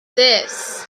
this